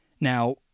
Now